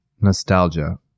nostalgia